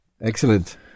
Excellent